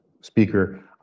speaker